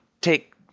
take